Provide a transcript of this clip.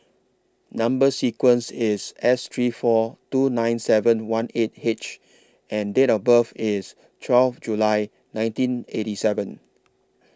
Number sequence IS S three four two nine seven one eight H and Date of birth IS twelve July nineteen eighty seven